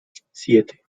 siete